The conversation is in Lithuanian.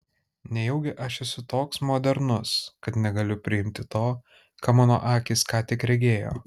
nejaugi aš esu toks modernus kad negaliu priimti to ką mano akys ką tik regėjo